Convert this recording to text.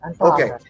okay